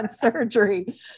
surgery